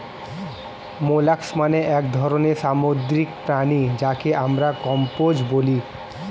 molluscs মানে এক ধরনের সামুদ্রিক প্রাণী যাকে আমরা কম্বোজ বলি